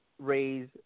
Raise